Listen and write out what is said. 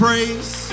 Praise